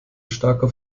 starker